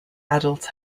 adults